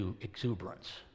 exuberance